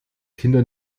kinder